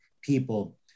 people